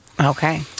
Okay